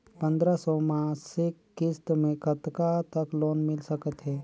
पंद्रह सौ मासिक किस्त मे कतका तक लोन मिल सकत हे?